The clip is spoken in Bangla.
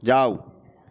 যাও